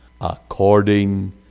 according